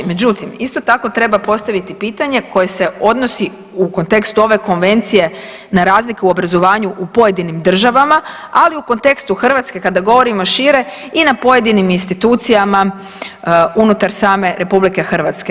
Međutim, isto tako treba postaviti pitanje koje se odnosi u kontekstu ove konvencije na razliku u obrazovanju u pojedinim državama, ali i u kontekstu Hrvatske kada govorimo šire i na pojedinim institucijama unutar same RH.